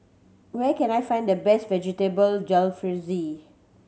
where can I find the best Vegetable Jalfrezi